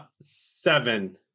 seven